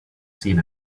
seen